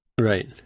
Right